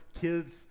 kids